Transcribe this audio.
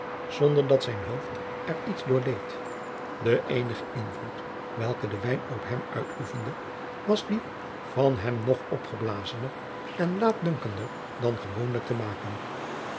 zonder dat zijn hoofd er iets door leed de eenige invloed welken de wijn op hem uitoefende was die van hem nog opgeblazener en laatdunkender dan gewoonlijk te maken